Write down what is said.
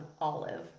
olive